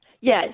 Yes